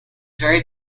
very